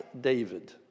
David